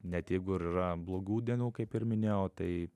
net jeigu ir yra blogų dienų kaip ir minėjau tai